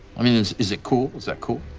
i mean, is is it cool, is that cool?